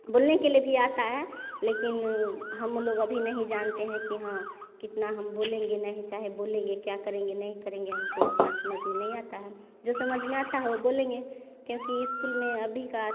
बोलने के लिए भी आता है लेकिन हम लोग अभी नहीं जानते है कि हाँ कितना हम बोलेंगे नहीं चाहे बोलेंगे क्या करेंगे नहीं करेंगे हमको उतना समझ में नहीं आता है जो समझ में आता है वह बोलेंगे क्योंकि इस्कूल में अभी का